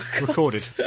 recorded